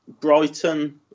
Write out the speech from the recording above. Brighton